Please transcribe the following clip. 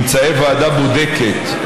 ממצאי ועדה בודקת,